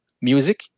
music